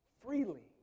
freely